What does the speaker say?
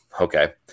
Okay